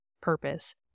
purpose